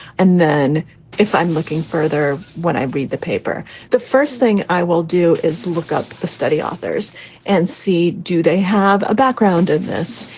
and then if i'm looking further when i read the paper, the first thing i will do is look up the study authors and see, do they have a background in this?